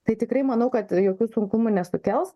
tai tikrai manau kad jokių sunkumų nesukels